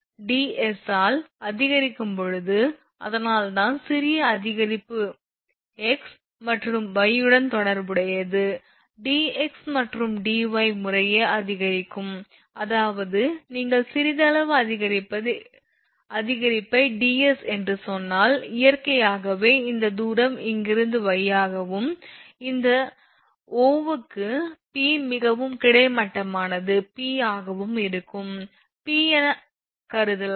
s ds ஆல் அதிகரிக்கும் போது அதனால்தான் சிறிய அதிகரிப்பு x மற்றும் y உடன் தொடர்புடையது dx மற்றும் dy முறையே அதிகரிக்கும் அதாவது நீங்கள் சிறிதளவு அதிகரிப்பை ds என்று சொன்னால் இயற்கையாகவே இந்த தூரம் இங்கிருந்து y ஆகவும் இந்த O க்கு P ஆகவும் கிடைமட்டமானது P ஆகவும் இருக்கும் P என கருதலாம்